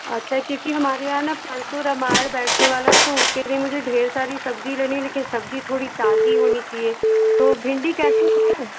अच्छा क्योंकि हमारे यहाँ ना परसों रामायण बैठने वाला है तो उसके लिए मुझे ढेर सारी सब्ज़ी लेनी है लेकिन सब्ज़ी थोड़ी ताज़ी होनी चाहिए तो भिंडी कैसे है